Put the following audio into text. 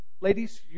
ladies